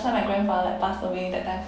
one my grandfather pass away that time